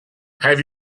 have